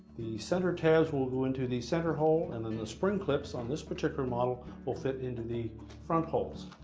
the center tabs will go into the center hole, and then the spring clips on this particular model will fit into the front holes.